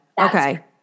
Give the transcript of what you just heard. Okay